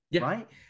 right